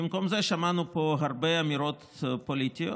במקום זה שמענו פה הרבה אמירות פוליטיות,